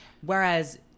Whereas